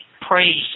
Praise